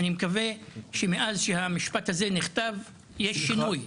אני מקווה שמאז שהמשפט הזה נכתב יש שינוי.